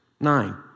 Nine